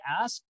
ask